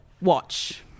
Watch